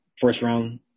first-round